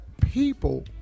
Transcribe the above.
people